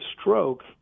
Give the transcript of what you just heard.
stroke